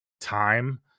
time